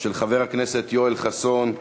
של חבר הכנסת יואל חסון,